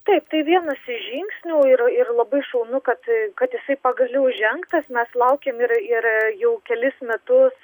taip tai vienas iš žingsnių ir ir labai šaunu kad kad jisai pagaliau žengtas mes laukėm ir ir jau kelis metus